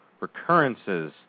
recurrences